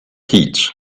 heats